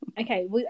Okay